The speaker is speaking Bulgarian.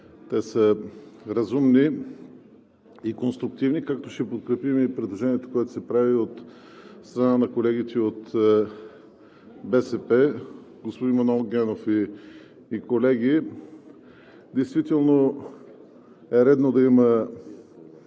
те са разумни и конструктивни, както ще подкрепим и предложението, което се прави от страна на колегите от БСП – господин Манол Генов и колеги. Действително е редно да има